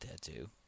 tattoo